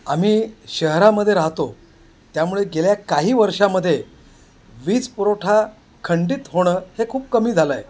आम्ही शहरामध्ये राहतो त्यामुळे गेल्या काही वर्षामध्ये वीज पुरवठा खंडित होणं हे खूप कमी झालं आहे